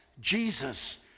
Jesus